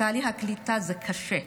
תהליך הקליטה הוא קשה.